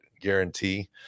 guarantee